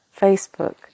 Facebook